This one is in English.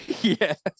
Yes